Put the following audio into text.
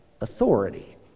authority